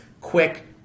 quick